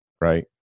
right